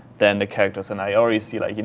then the characters. and i already see like, you know,